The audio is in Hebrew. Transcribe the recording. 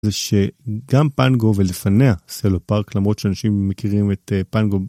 זה שגם פנגו, ולפניה סלו פארק, למרות שאנשים מכירים את פנגו,